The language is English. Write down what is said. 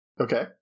Okay